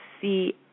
see